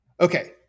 Okay